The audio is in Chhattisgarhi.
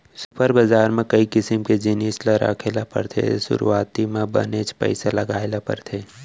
सुपर बजार म कई किसम के जिनिस ल राखे ल परथे त सुरूवाती म बनेच पइसा लगाय ल परथे